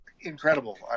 Incredible